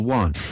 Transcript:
one